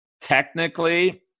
technically